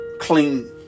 clean